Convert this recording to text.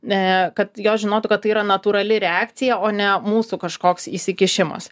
ne kad jos žinotų kad tai yra natūrali reakcija o ne mūsų kažkoks įsikišimas